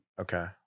Okay